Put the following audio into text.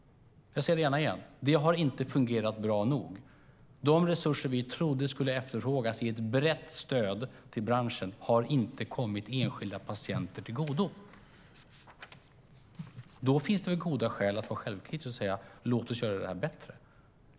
Jag säger det gärna igen: Det har inte fungerat bra nog. De resurser vi trodde skulle efterfrågas i ett brett stöd till branschen har inte kommit enskilda patienter till godo. Då finns det goda skäl att vara självkritisk och säga: Låt oss göra detta bättre.